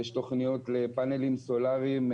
יש תכניות לפאנלים סולריים,